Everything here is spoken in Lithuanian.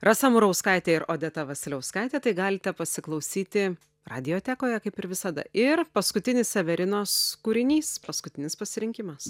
rasa murauskaitė ir odeta vasiliauskaitė tai galite pasiklausyti radiotekoje kaip ir visada ir paskutinis severinos kūrinys paskutinis pasirinkimas